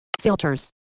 filters